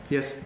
Yes